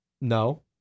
No